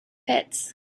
pits